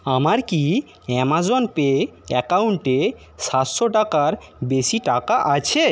আমার কি Amazon Pay অ্যাকাউন্টে সাতশো টাকার বেশি টাকা আছে